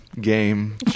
game